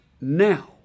now